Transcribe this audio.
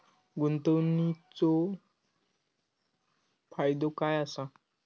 गुंतवणीचो फायदो काय असा?